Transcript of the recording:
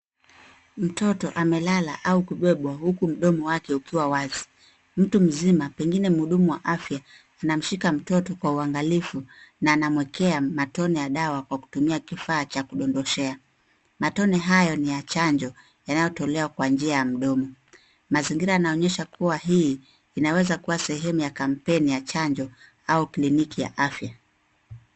Mtoto amelala au kubebwa huku mdomo wake ukiwa wazi. Mtu mzima pengine mhudumu wa afya anamshika mtoto kwa uangalifu na anamwekea matone ya dawa kwa kutumia kifaa cha kudondoshea. Matone hayo ni ya chanjo yanayotolewa kwa njia ya mdomo. Mazingira yanaonyesha kuwa hii inaweza kuwa sehemu ya kampeni ya chanjo au kliniki ya afya.